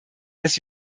dass